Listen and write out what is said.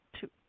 two